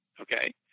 okay